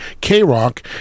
K-Rock